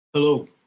Hello